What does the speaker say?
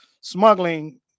smuggling